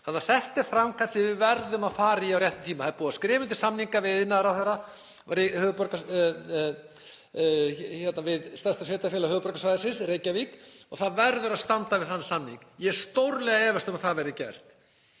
ársins. Þetta er framkvæmd sem við verðum að fara í á réttum tíma. Það er búið að skrifa undir samning innviðaráðherra við stærsta sveitarfélag höfuðborgarsvæðisins, Reykjavík, og það verður að standa við þann samning. Ég stórlega efast um að það verði gert.